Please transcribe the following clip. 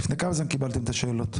לפני כמה זמן קיבלתם את השאלות?